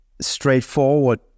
straightforward